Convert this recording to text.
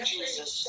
Jesus